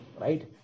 right